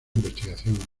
investigación